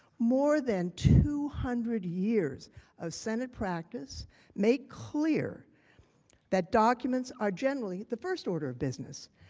more than two hundred years of senate practice make clear that documents are generally the first order of business.